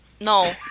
no